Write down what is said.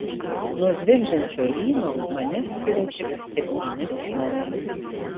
nuo zvimbiančio lyno mane skiria tik septyni žmonės